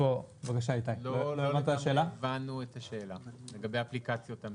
לא לגמרי הבנו את השאלה לגבי אפליקציות התשלומים.